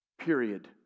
period